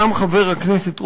גם חבר הכנסת רותם,